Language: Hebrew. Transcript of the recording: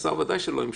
השר, ודאי, לא ימשוך.